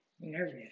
Nervous